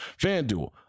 FanDuel